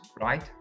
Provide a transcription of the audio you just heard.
right